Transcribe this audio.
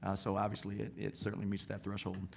ah so obviously it it certainly meets that threshold.